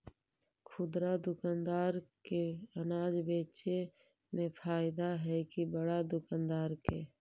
खुदरा दुकानदार के अनाज बेचे में फायदा हैं कि बड़ा दुकानदार के?